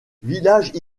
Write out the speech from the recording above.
village